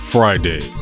Friday